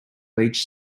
beach